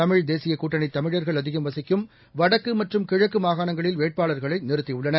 தமிழ் தேசியகூட்டணிதமிழர்கள் அதிகம் வசிக்கும் வடக்குமற்றும் கிழக்குமாகாணங்களில் வேட்பாளர்களைநிறுத்தியுள்ளன